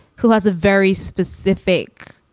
who has a very specific.